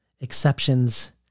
exceptions